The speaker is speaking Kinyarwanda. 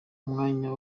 umwanya